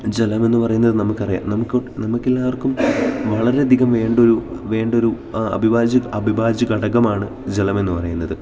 ജലമെന്നു പറയുന്നത് നമുക്കറിയാം നമുക്ക് നമുക്കെല്ലാവർക്കും വളരെയധികം വേണ്ടൊരു അവിഭാജ്യ ഘടകമാണ് ജലമെന്നു പറയുന്നത്